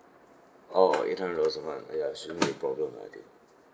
oh eight hundred dollars a month ya shouldn't be problem lah I think